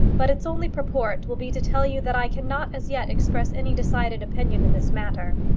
but its only purport will be to tell you that i cannot as yet express any decided opinion in this matter.